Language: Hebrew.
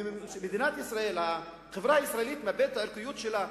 ובמדינת ישראל החברה הישראלית מאבדת את הערכיות שלה,